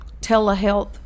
telehealth